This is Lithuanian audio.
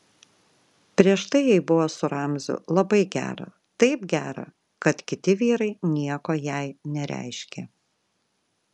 prieš tai jai buvo su ramziu labai gera taip gera kad kiti vyrai nieko jai nereiškė